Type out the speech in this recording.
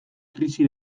krisi